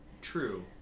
true